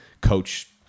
coach